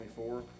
24